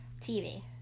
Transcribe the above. TV